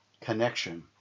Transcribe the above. connection